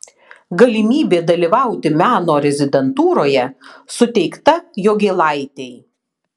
galimybė dalyvauti meno rezidentūroje suteikta jogėlaitei